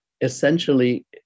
essentially